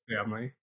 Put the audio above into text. family